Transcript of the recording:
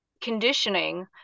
conditioning